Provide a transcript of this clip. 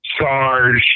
Sarge